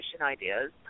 ideas